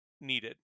needed